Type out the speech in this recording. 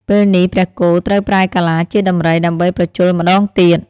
ពេលនេះព្រះគោត្រូវប្រែកាឡាជាដំរី ដើម្បីប្រជល់ម្ដងទៀត។